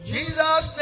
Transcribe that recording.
Jesus